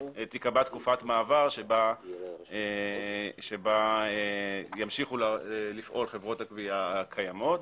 תיקבע תקופת מעבר שבה תמשכנה לפעול חברת הגבייה הקיימות.